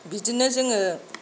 बिदिनो जोङो